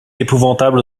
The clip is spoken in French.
épouvantable